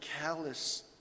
callous